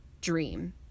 dream